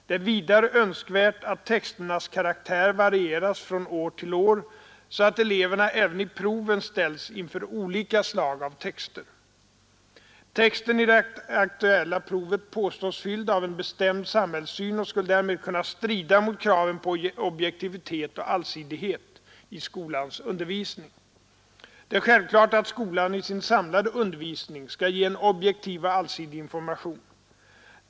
Det är vidare önskvärt att texternas karaktär varieras från år till år så att eleverna även i proven ställs inför olika slag av texter. Texten i det aktuella provet påstås fylld av en bestämd samhällssyn och skulle därmed kunna strida mot kraven på objektivitet och allsidighet i skolans undervisning. Det är självklart att skolan i sin samlade undervisning skall ge en objektiv och allsidig information.